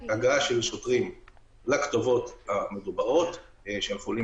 של הגעה של שוטרים לכתובות המדוברות של החולים